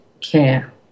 care